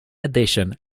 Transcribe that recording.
addition